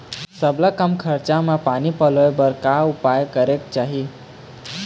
सबले कम खरचा मा पानी पलोए बर का उपाय करेक चाही?